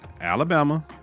Alabama